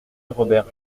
robert